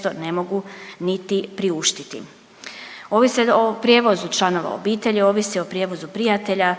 često ne mogu niti priuštiti. Ovise o prijevozu članova obitelji, ovise o prijevozu prijatelja,